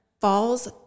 falls